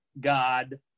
God